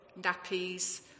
nappies